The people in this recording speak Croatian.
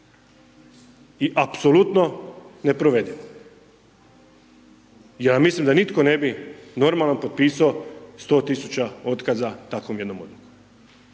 i apsolutno neprovedivo, ja mislim da nitko ne bi normalan potpiso 100.000 otkaza takvom jednom odlukom.